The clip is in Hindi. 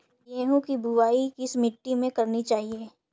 गेहूँ की बुवाई किस मिट्टी में करनी चाहिए?